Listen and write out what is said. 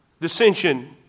dissension